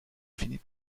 finit